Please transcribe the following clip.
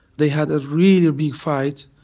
they had a really big fight.